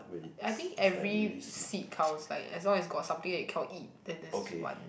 I think every seed counts like as long as got something that you cannot eat then that's one